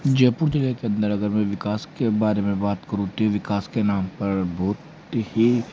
जयपुर ज़िले के अंदर अगर मैं विकास के बारे में बात करूँ तो विकास के नाम पर बहुत ही